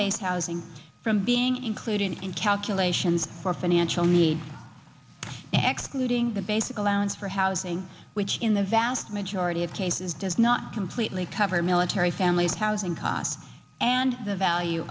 base housing from being included in calculations for financial needs executing the basic allowance for housing which in the vast majority of cases does not completely cover military families housing costs and the value